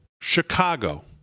Chicago